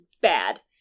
bad